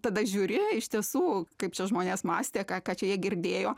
tada žiūri iš tiesų kaip čia žmonės mąstė ką ką čia jie girdėjo